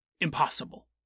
Impossible